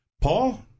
Paul